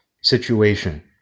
situation